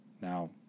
Now